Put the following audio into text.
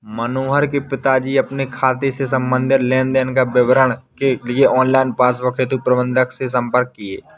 मनोहर के पिताजी अपने खाते से संबंधित लेन देन का विवरण के लिए ऑनलाइन पासबुक हेतु प्रबंधक से संपर्क किए